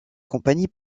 compagnies